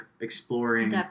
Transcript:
exploring